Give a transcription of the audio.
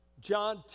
John